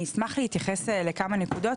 אני אשמח להתייחס לכמה נקודות,